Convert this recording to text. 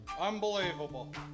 Unbelievable